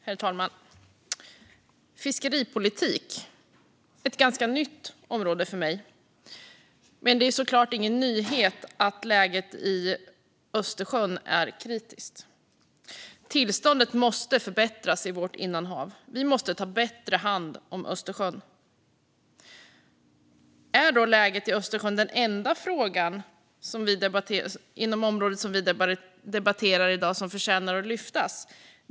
Herr talman! Fiskeripolitik är ett ganska nytt område för mig, men det är såklart ingen nyhet att läget i Östersjön är kritiskt. Tillståndet måste förbättras i vårt innanhav. Vi måste ta bättre hand om Östersjön. Är då läget i Östersjön den enda fråga inom det område vi debatterar i dag som förtjänar att lyftas fram?